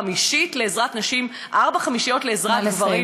חמישית לעזרת נשים, ארבע-חמישיות לעזרת גברים?